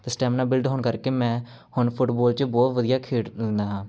ਅਤੇ stamina build ਹੋਣ ਕਰਕੇ ਮੈਂ ਹੁਣ ਫੁੱਟਬੋਲ 'ਚ ਬਹੁਤ ਵਧੀਆ ਖੇਡ ਲੈਂਦਾ ਹਾਂ